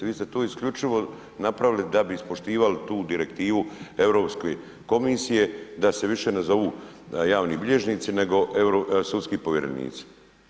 Vi ste to isključivo napravili da bi ispoštivali tu direktivu Europske komisije da se više ne zovu javni bilježnici nego sudski povjerenici.